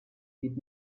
geht